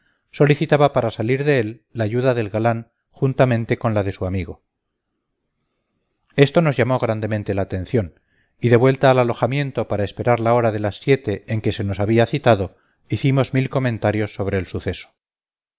solicitaba para salir de él la ayuda del galán juntamente con la de su amigo esto nos llamó grandemente la atención y de vuelta al alojamiento para esperar la hora de las siete en que se nos había citado hicimos mil comentarios sobre el suceso